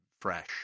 fresh